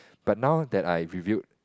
but now that I reviewed